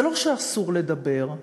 זה לא שאסור לדבר.